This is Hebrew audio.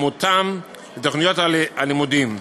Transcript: המותאם לתוכניות הלימודים.